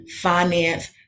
finance